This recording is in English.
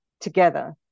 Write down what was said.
together